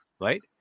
right